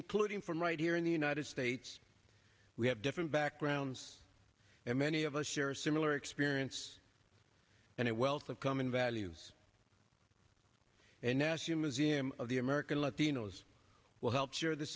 including from right here in the united states we have different backgrounds and many of us share a similar experience and it wealth of common values and mass human z m of the american latinos will help share this